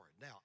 Now